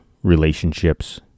relationships